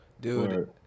Dude